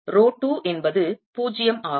row 2 என்பது 0 ஆகும்